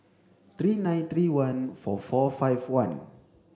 three nine three one four four five one